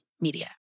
Media